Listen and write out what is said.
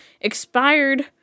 expired